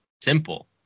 simple